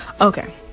Okay